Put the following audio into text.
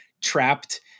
trapped